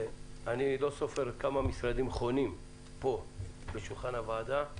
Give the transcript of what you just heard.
אני לא סופר כמה משרדים חונים פה בשולחן הוועדה,